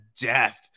death